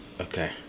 Okay